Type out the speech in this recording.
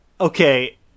okay